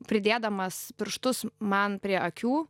pridėdamas pirštus man prie akių